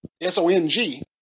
s-o-n-g